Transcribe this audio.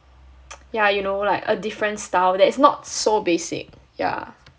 yeah you know like a different style that is not so basic yeah